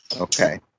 Okay